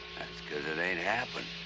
cause it ain't happened.